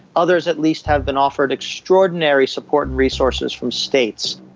others at least have been offered extraordinary support and resources from states.